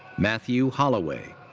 matthew holloway.